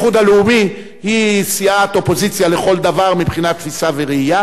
האיחוד הלאומי היא סיעת אופוזיציה לכל דבר מבחינת תפיסה וראייה.